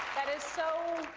is so,